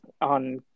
on